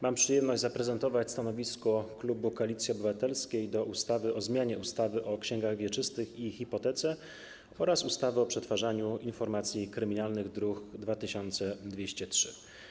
Mam przyjemność zaprezentować stanowisko klubu Koalicji Obywatelskiej w sprawie projektu ustawy o zmianie ustawy o księgach wieczystych i hipotece oraz ustawy o przetwarzaniu informacji kryminalnych, druk nr 2203.